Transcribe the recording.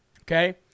okay